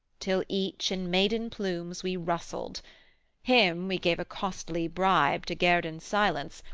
till, each, in maiden plumes we rustled him we gave a costly bribe to guerdon silence,